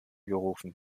gerufen